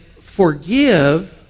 forgive